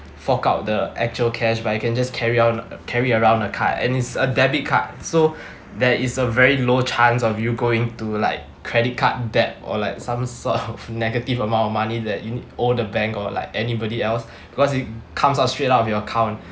fork out the actual cash but you can just carry on carry around a card and it's a debit card so there is a very low chance of you going to like credit card debt or like some sort of negative amount of money that you all the bank or like anybody else because it comes out straight out of your account